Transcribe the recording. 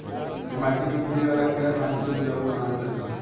माटी में मिले वाला कीड़ा माटी के उपजाऊ बानावे लन सन